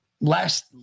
last